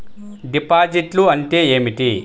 డిపాజిట్లు అంటే ఏమిటి?